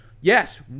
Yes